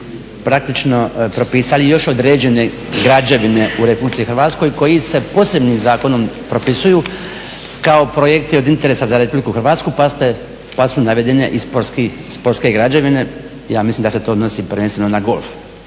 praktično propisali još određene građevine u RH koje se posebnim zakonom propisuju kao projekti od interesa za RH pa su navedene i sportske građevine. Ja mislim da se to odnosi prvenstveno na golf.